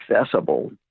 accessible